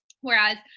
whereas